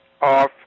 off